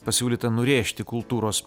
pasiūlyta nurėžti kultūros